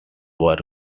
works